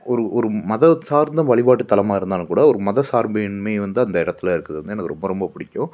ஒரு ஒரு மத சார்ந்த வழிபாட்டுத்தலமாக இருந்தாலும் கூட ஒரு மத சார்பு இன்மை வந்து அந்த இடத்துல இருக்குது வந்து எனக்கு ரொம்ப ரொம்ப பிடிக்கும்